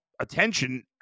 attention